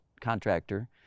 contractor